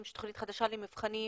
אם יש תוכנית חדשה למבחנים,